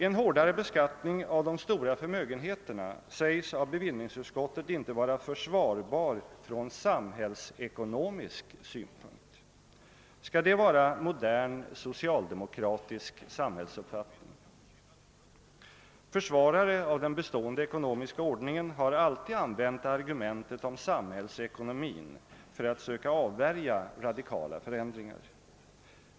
En hårdare beskattning av de stora förmögenheterna sägs av bevillningsutskottet inte vara försvarbar »från samhällsekonomisk synpunkt». Skall det vara modern socialdemokratisk sam hällsuppfattning? Försvarare av den bestående ekonomiska ordningen har alltid använt argumentet om samhällsekonomin för att söka avvärja radikala förändringar.